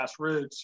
grassroots